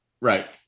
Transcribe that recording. Right